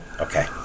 Okay